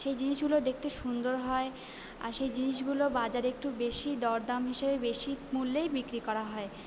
সেই জিনিসগুলো দেখতে সুন্দর হয় আর সেই জিনিসগুলো বাজারে একটু বেশি দর দাম হিসাবে বেশি মূল্যেই বিক্রি করা হয়